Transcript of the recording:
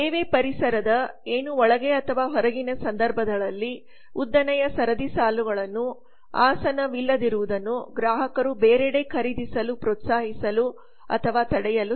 ಸೇವೆ ಪರಿಸರದ ಏನು ಒಳಗೆ ಅಥವಾ ಹೊರಗಿನ ಸಂದರ್ಭಗಳಲ್ಲಿಊದ್ದನೆಯ ಸರದಿ ಸಾಲುಗಳನ್ನು ಆಸನವವಿಲ್ಲದಿರುವುದು ಗ್ರಾಹಕರನ್ನು ಬೇರೆಡೆ ಖರೀದಿಸಲು ಪ್ರೋತ್ಸಾಹಿಸಲು ಅಥವಾ ತಡೆಯಲು ಸಾಧ್ಯ